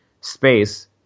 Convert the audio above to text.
space